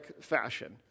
fashion